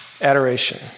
Adoration